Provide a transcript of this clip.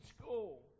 school